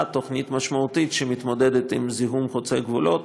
תוכנית משמעותית שמתמודדת עם זיהום חוצה גבולות,